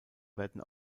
werden